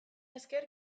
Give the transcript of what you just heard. esker